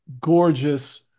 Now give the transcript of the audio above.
gorgeous